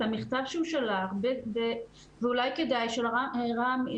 המכתב שהוא שלח ואולי כדאי שרם,